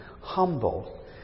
humble